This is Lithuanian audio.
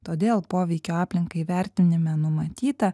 todėl poveikio aplinkai vertinime numatyta